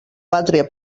pàtria